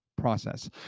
process